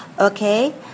Okay